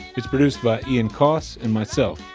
it's produced by ian coss and myself,